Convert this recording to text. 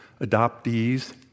adoptees